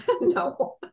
No